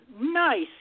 Nice